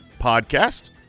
podcast